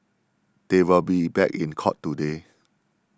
they will be back in court today